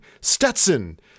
Stetson